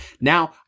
Now